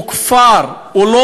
הוא כפר,